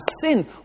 sin